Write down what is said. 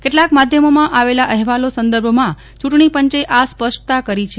કેટલાક માધ્યમોમાં આવેલા અહેવાલો સંદર્ભમાં ચૂંટણીપંચે આ સ્પષ્ટતા કરી છે